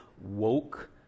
woke